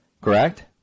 correct